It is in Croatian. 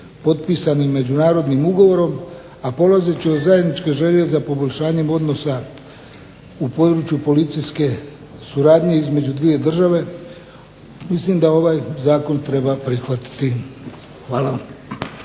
potpisanim međunarodnim ugovorom, a polazeći od zajedničke želje za poboljšanjem odnosa u području policijske suradnje između dvije države mislim da ovaj Zakon treba prihvatiti. Hvala vam.